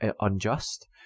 unjust